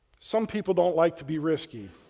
some people don't like to be risky,